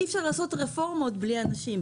אי אפשר לעשות רפורמות בלי אנשים,